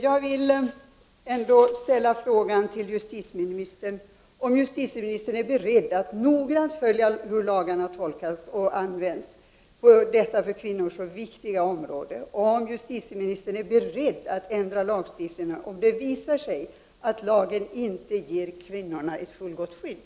Jag vill ställa frågan till justitieministern om hon är beredd att noga följa hur lagarna tolkas och används på detta för kvinnor så viktiga område och om justitieministern är beredd att ändra lagstiftningen, om det visar sig att lagen inte ger kvinnorna ett fullgott skydd.